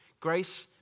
Grace